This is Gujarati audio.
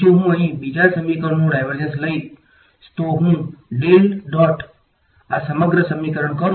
તેથી જો હું અહીં બીજા સમીકરણનુ ડાઈવર્જંન્સ લઈશજો હું આ સમગ્ર સમીકરણ કરું